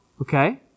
Okay